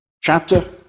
chapter